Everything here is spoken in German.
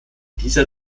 dieser